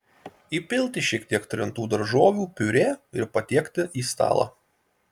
įpilti šiek tiek trintų daržovių piurė ir patiekti į stalą